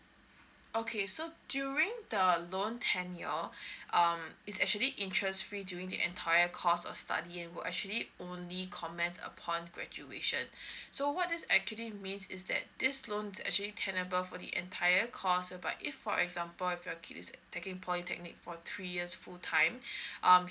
okay so during the loan tenure um it's actually interest free during the entire course of study and will actually only commence upon graduation so what this actually means is that this loan is actually tenable for the entire course but if for example if your kid is taking polytechnic for three years full time um